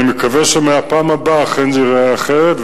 אני מקווה שמהפעם הבאה אכן זה ייראה אחרת.